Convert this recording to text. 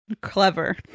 Clever